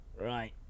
Right